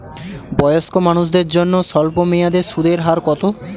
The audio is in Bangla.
বয়স্ক মানুষদের জন্য স্বল্প মেয়াদে সুদের হার কত?